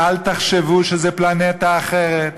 ואל תחשבו שזה פלנטה אחרת.